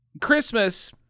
Christmas